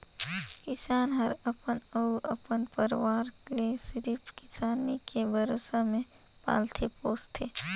किसान हर अपन अउ अपन परवार ले सिरिफ किसानी के भरोसा मे पालथे पोसथे